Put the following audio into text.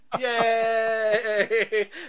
Yay